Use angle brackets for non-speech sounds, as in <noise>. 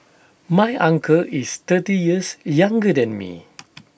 my uncle is thirty years younger than me <noise>